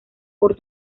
por